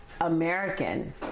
American